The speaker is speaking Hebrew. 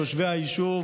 תושבי היישוב,